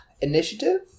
Initiative